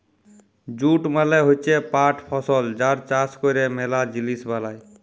jute মালে হচ্যে পাট ফসল যার চাষ ক্যরে ম্যালা জিলিস বালাই